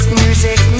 music